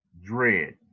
Dread